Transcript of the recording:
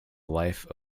life